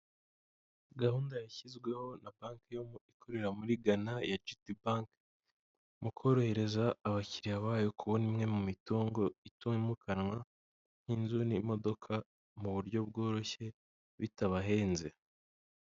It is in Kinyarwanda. Gahunda yashyizweho na banki yo ikorera muri ghana ya GT bank mu korohereza abakiriya bayo kubona imwe mu mitungo itimukanwa nk'inzu n'imodoka mu buryo bworoshye bitabahenze.